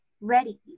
ready